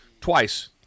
twice